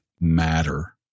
matter